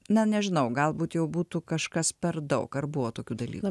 na nežinau galbūt jau būtų kažkas per daug ar buvo tokių dalykų